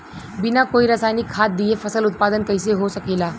बिना कोई रसायनिक खाद दिए फसल उत्पादन कइसे हो सकेला?